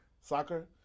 Soccer